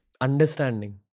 Understanding